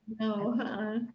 No